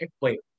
Wait